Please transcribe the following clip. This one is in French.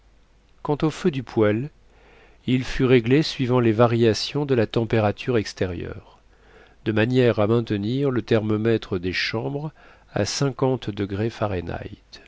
quant au feu du poêle il fut réglé suivant les variations de la température extérieure de manière à maintenir le thermomètre des chambres à cinquante degrés fahrenheit